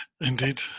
Indeed